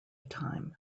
time